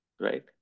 right